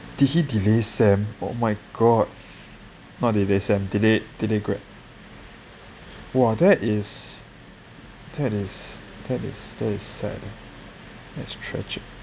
did he delay sem oh my god not delay sem delay grad !wah! that is that is that is that is sad eh that's tragic